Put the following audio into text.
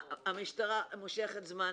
והמשטרה מושכת זמן,